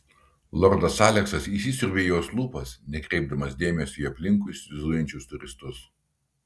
lordas aleksas įsisiurbė į jos lūpas nekreipdamas dėmesio į aplinkui zujančius turistus